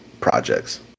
projects